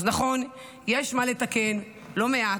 אז נכון, יש מה לתקן, לא מעט,